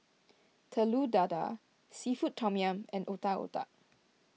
Telur Dadah Seafood Tom Yum and Otak Otak